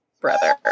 brother